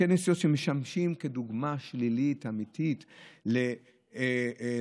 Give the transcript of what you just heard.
כאלה שמשמשים דוגמה שלילית אמיתית לאוכלוסייה.